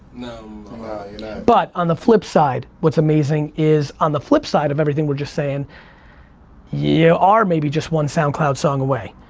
you know but on the flip side, what's amazing is on the flip side of everything we're just saying you are maybe just one soundcloud song away,